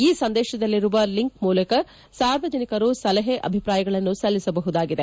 ಈ ಸಂದೇಶದಲ್ಲಿರುವ ಲಿಂಕ್ ಮೂಲಕ ಸಾರ್ವಜನಿಕರು ಸಲಹೆ ಅಭಿಪ್ರಾಯಗಳನ್ನು ಸಲ್ಲಿಸಬಹುದಾಗಿದೆ